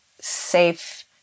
safe